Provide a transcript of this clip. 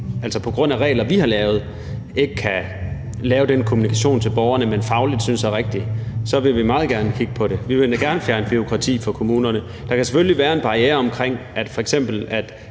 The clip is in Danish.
stødt ind i det – ikke kan lave den kommunikation til borgerne, man fagligt synes er rigtig, så vil vi meget gerne kigge på det. Vi vil da gerne fjerne bureaukrati fra kommunerne. Der kan selvfølgelig være en barriere, hvis man f.eks.